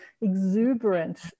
exuberant